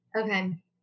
Okay